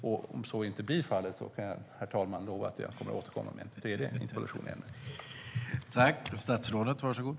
Om så inte blir fallet kan jag, herr talman, lova att jag återkommer med en tredje interpellation i ämnet.